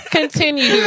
Continue